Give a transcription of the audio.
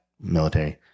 military